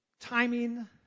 timing